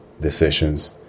decisions